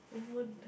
over there